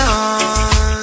on